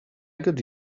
got